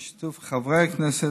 בשיתוף חברי הכנסת,